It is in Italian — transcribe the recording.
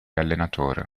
allenatore